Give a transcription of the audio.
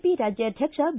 P ರಾಜ್ಯಾಧ್ಯಕ್ಷ B